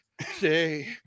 say